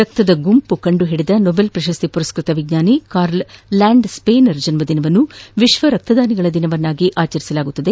ರಕ್ತದ ಗುಂಪು ಕಂಡು ಹಿಡಿದ ನೊಬೆಲ್ ಪ್ರಶಸ್ತಿ ಮರಸ್ವತ ವಿಜ್ವಾನಿ ಕಾರ್ಲ್ ಲ್ಕಾಂಡ್ ಸ್ಪೇನರ್ ಜನ್ಮದಿನವನ್ನು ವಿಶ್ವ ರಕ್ತದಾನಿಗಳ ದಿನವನ್ನಾಗಿ ಆಚರಿಸಲಾಗುತ್ತದೆ